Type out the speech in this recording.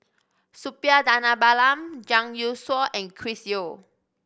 Suppiah Dhanabalan Zhang Youshuo and Chris Yeo